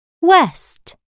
West